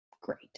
great